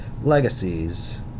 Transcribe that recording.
Legacies